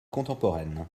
contemporaine